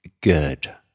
good